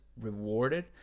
rewarded